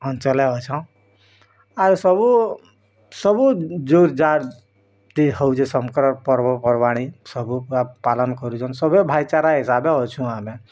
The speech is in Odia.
ଅଞ୍ଚଲ ଏ ଅଛ ଆର୍ ସବୁ ସବୁ ଜୋର୍ଜାର୍ ଦି ହେଉଛେ ଶଙ୍କର୍ ପର୍ବପର୍ବାଣି ସବୁ ପାଲନ କରୁଛନ୍ ସବୁ ଭାଇଚାରା ହିସାବେ ଅଛୁଁ ଆମେ